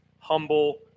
humble